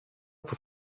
που